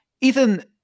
Ethan